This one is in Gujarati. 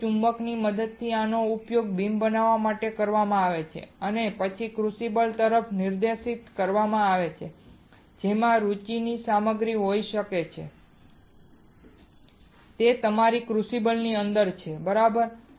અહીં ચુંબકની મદદથી આનો ઉપયોગ બીમ બનાવવા માટે કરવામાં આવે છે અને પછી ક્રુસિબલ તરફ નિર્દેશિત કરવામાં આવે છે જેમાં રુચિ ની સામગ્રી હોય છે તે તમારી ક્રુસિબલની અંદર છે બરાબર